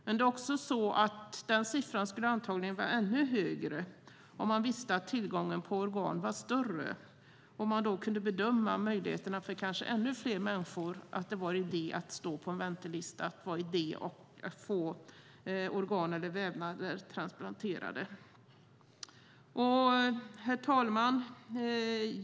Men den siffran skulle antagligen vara ännu högre om man visste att tillgången på organ var större och man då kunde bedöma att det kanske var idé för ännu fler människor att stå på en väntelista, att det var idé att få organ eller vävnader transplanterade. Herr talman!